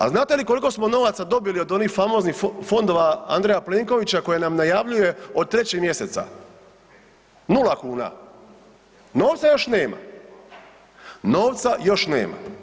A znate li koliko smo novaca dobili od onih famoznih fondova Andreja Plenkovića koje nam najavljuje od 3. mjeseca, nula kuna, novca još nema, novca još nema.